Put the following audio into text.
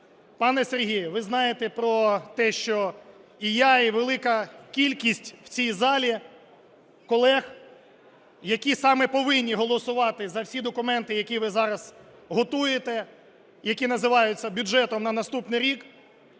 Пане Сергію, ви знаєте про те, що і я, і велика кількість у цій залі колег, які саме повинні голосувати за всі документи, які ви зараз готуєте, які називаються бюджетом на наступний рік,